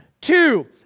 Two